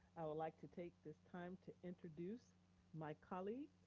i would like to take this time to introduce my colleague,